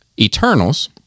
Eternals